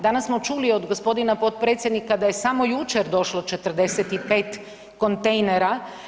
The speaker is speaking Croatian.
Danas smo čuli od g. potpredsjednika da je samo jučer došlo 45 kontejnera.